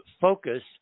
focus